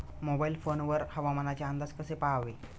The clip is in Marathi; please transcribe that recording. मोबाईल फोन वर हवामानाचे अंदाज कसे पहावे?